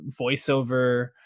voiceover